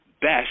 best